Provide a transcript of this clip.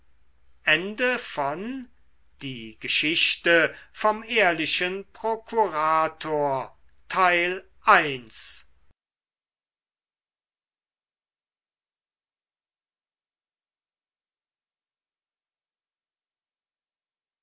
die geschichte vom ehrlichen prokurator